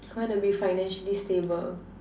I want to be financially stable